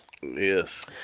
Yes